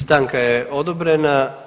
Stanka je odobrena.